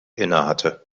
innehatte